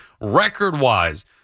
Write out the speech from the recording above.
record-wise